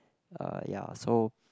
uh ya so